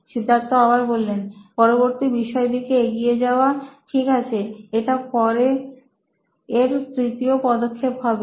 সিদ্ধার্থ পরবর্তী বিষয়ের দিকে এগিয়ে যাওয়াঠিক আছে এটা পরে এর তৃতীয় পদক্ষেপ হবে